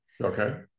Okay